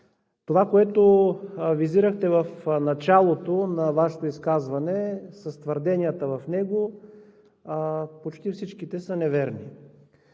Това, което визирахте в началото на Вашето изказване, с твърденията в него, почти всичките са неверни.